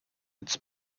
its